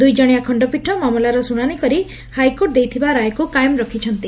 ଦୁଇ ଜଶିଆ ଖଣ୍ତପୀଠ ମାମଲାର ଶୁଶାଶି କରି ହାଇକୋର୍ଟ ଦେଇଥିବା ରାୟକୁ କାୟମ ରଖୃଛନ୍ତି